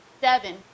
seven